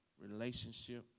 relationship